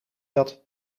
dat